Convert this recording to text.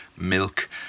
Milk